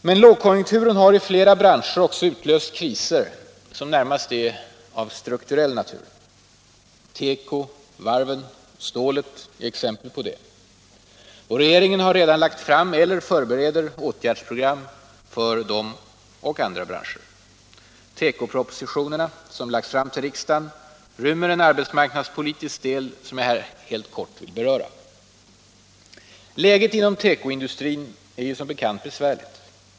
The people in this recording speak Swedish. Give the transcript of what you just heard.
Men lågkonjunkturen har i flera branscher också utlöst kriser som närmast är av strukturell natur. Teko, varven och stålet är exempel på det. Regeringen har redan lagt fram, eller förbereder, åtgärdsprogram för dessa och andra branscher. Tekopropositionen, som lagts fram till riksdagen, rymmer en arbetsmarknadspolitisk del, som jag i detta sammanhang mycket kort vill beröra. Läget inom tekoindustrin är som bekant besvärligt.